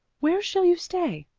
where shall you stay?